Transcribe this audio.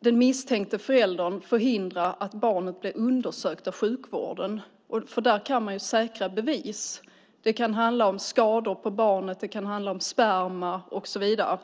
den misstänkta föräldern förhindra att barnet blir undersökt av sjukvården, där man kan säkra bevis. Det kan handla om skador på barnet, sperma och så vidare.